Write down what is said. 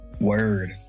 Word